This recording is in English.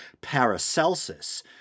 Paracelsus